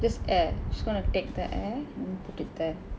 just air just gonna take the air and then put it there